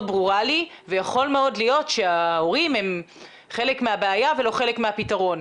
ברורה לי ויכול מאוד להיות שההורים הם חלק מהבעיה ולא חלק מהפתרון.